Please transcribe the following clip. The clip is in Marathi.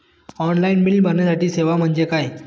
ऑनलाईन बिल भरण्याची सेवा म्हणजे काय?